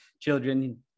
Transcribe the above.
children